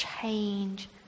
Change